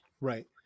Right